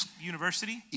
university